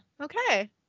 okay